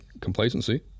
complacency